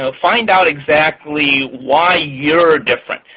so find out exactly why you're different.